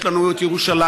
יש לנו את ירושלים,